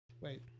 Wait